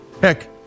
Heck